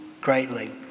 greatly